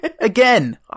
Again